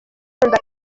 ukunda